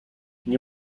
nie